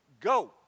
Go